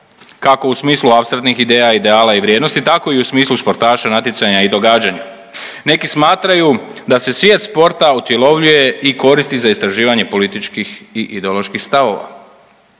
razumije/…ideja, ideala i vrijednosti, tako i u smislu sportaša, natjecanja i događanja. Neki smatraju da se svijet sporta utjelovljuje i koristi za istraživanje političkih i ideoloških stavova,